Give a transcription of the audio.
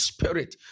Spirit